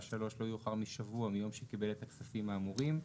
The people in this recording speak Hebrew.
(3) לא יאוחר משבוע מיום שקיבל את הכספים האמורים,